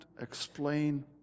explain